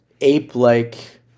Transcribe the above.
ape-like